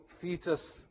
fetus